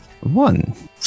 one